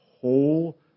whole